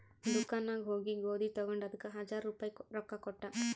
ದುಕಾನ್ ನಾಗ್ ಹೋಗಿ ಗೋದಿ ತಗೊಂಡ ಅದಕ್ ಹಜಾರ್ ರುಪಾಯಿ ರೊಕ್ಕಾ ಕೊಟ್ಟ